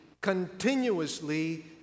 continuously